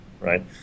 right